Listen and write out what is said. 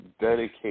dedicate